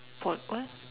for what